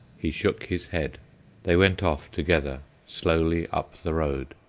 he shook his head they went off together slowly up the road,